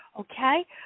okay